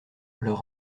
leur